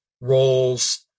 roles